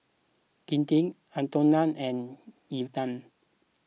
Kinte Antone and Ilda